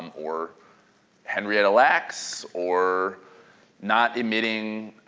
um or henrietta lacks, or not admitting